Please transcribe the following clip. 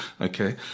Okay